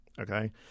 okay